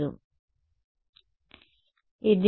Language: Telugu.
విద్యార్థి కాబట్టి అది అయస్కాంతం